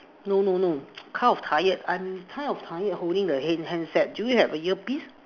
no no no kind of tired I am kind of tired holding the head handset do you have a earpiece